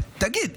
תגיד,